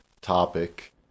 topic